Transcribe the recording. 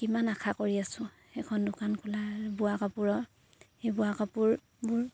কিমান আশা কৰি আছোঁ এখন দোকান খোলা বোৱা কাপোৰৰ সেই বোৱা কাপোৰবোৰ